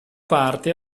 parte